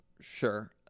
Sure